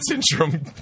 Syndrome